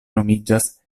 nomiĝas